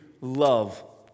love